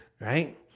right